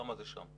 למה זה שם?